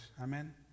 Amen